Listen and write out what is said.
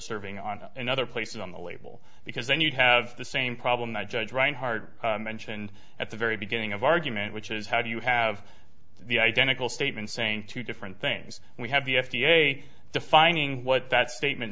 serving on in other places on the label because then you have the same problem that judge reinhard mentioned at the very beginning of argument which is how do you have the identical statement saying two different things we have the f d a defining what that statement